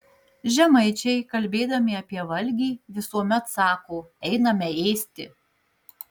žemaičiai kalbėdami apie valgį visuomet sako einame ėsti